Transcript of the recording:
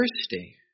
thirsty